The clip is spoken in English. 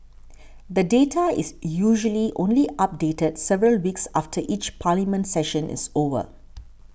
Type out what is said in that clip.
the data is usually only updated several weeks after each Parliament session is over